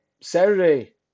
Saturday